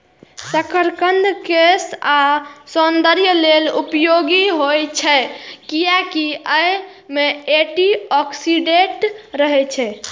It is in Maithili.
शकरकंद केश आ सौंदर्य लेल उपयोगी होइ छै, कियैकि अय मे एंटी ऑक्सीडेंट रहै छै